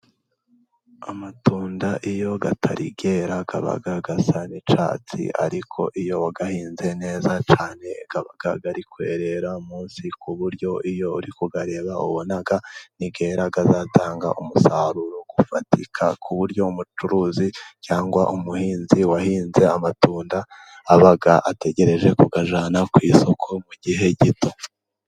Amatunda iyo atarera aba asa n'icyatsi. Ariko iyo wayahinze neza cyane, aba ari kwerera munsi, ku buryo iyo uri kuyareba ubona niyera azatanga umusaruro ufatika. Ku buryo umucuruzi cyangwa umuhinzi wahinze amatunda, aba ategereje kuyajyana ku isoko mu gihe gito.